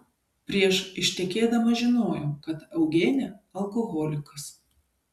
prieš ištekėdama žinojau kad eugene alkoholikas